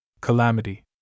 calamity